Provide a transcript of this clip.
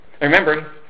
Remember